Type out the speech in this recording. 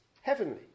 heavenly